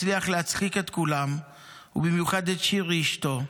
מצליח להצחיק את כולם ובמיוחד את שירי אשתו.